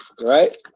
right